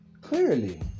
clearly